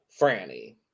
Franny